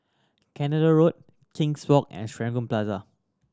Canada Road King's Walk and Serangoon Plaza